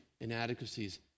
inadequacies